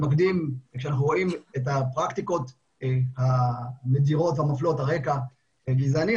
כשאנחנו רואים את הפרקטיקות המדירות והמפלות על רקע גזעני,